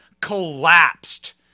collapsed